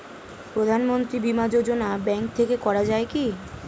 প্রধানমন্ত্রী বিমা যোজনা ব্যাংক থেকে করা যায় কি?